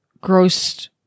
gross